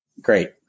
great